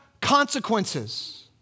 consequences